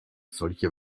solche